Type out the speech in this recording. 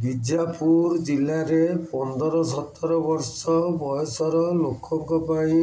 ବିଜାପୁର ଜିଲ୍ଲାରେ ପନ୍ଦର ସତର ବର୍ଷ ବୟସର ଲୋକଙ୍କ ପାଇଁ